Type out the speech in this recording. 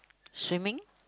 swimming